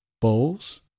bowls